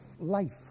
life